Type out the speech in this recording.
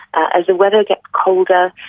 as the weather gets colder,